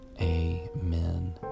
amen